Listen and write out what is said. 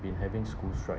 been having school strike